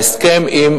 ההסכם עם